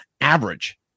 average